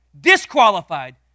disqualified